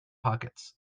pockets